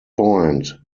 point